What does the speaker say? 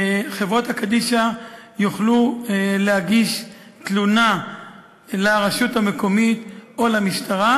חברות קדישא יוכלו להגיש תלונה לרשות המקומית או למשטרה,